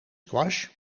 squash